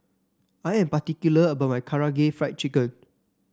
I am particular about my Karaage Fried Chicken